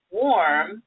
warm